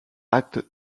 acte